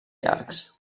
llargs